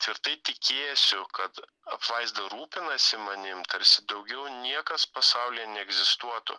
tvirtai tikėsiu kad apvaizda rūpinasi manim tarsi daugiau niekas pasaulyje neegzistuotų